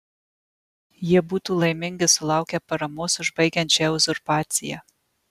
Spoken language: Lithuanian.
jie būtų laimingi sulaukę paramos užbaigiant šią uzurpaciją